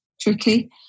tricky